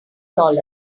dollars